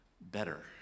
better